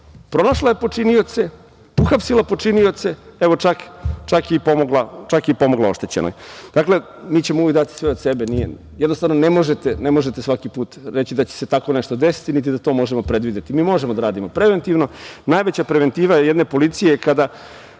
Pronašla je počinioce, uhapsila počinioce, čak je i pomogla oštećenoj. Mi ćemo uvek dati sve od sebe. Jednostavno, ne možete svaki put reći da će se tako nešto desiti, niti da to možemo predvideti. Mi možemo da radimo preventivno. Najveća preventiva jedne policije je kada